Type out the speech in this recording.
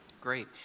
Great